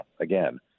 again